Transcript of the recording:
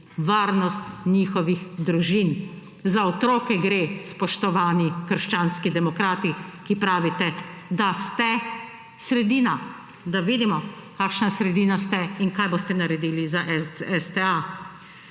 varnost njihovih družin. Za otroke gre, spoštovani krščanski demokrati, ki pravite, da ste sredina. Da vidimo kakšna sredina ste in kaj boste naredili za STA.